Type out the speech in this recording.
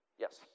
Yes